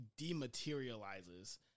dematerializes